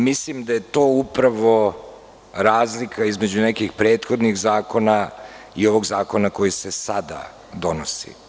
Mislim da je to upravo razlika između nekih prethodnih zakona i ovog zakona koji se sada donosi.